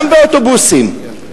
גם באוטובוסים,